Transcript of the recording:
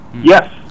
Yes